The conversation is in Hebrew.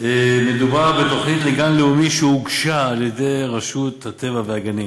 מדובר בתוכנית לגן לאומי שהוגשה על-ידי רשות הטבע והגנים,